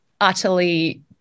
utterly